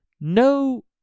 No